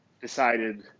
decided